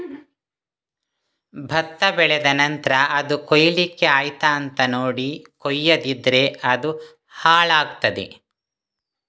ಭತ್ತ ಬೆಳೆದ ನಂತ್ರ ಅದು ಕೊಯ್ಲಿಕ್ಕೆ ಆಯ್ತಾ ಅಂತ ನೋಡಿ ಕೊಯ್ಯದಿದ್ರೆ ಅದು ಹಾಳಾಗ್ತಾದೆ